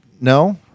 No